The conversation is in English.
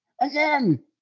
Again